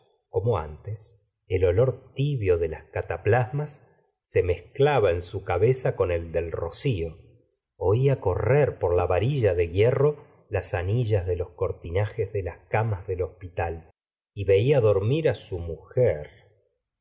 como antes el olor tibio de las cataplasmas se mezclaba en su cabeza con el del rocío ola correr por la varilla de hierro las anillas de los cortinajes de las camas del hospital y veía dormir su mujer